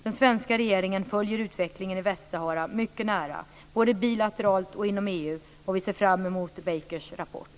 Den svenska regeringen följer utvecklingen i Västsahara mycket nära både bilateralt och inom EU, och vi ser fram emot Bakers rapport.